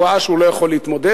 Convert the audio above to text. הוא ראה שהוא לא יכול להתמודד,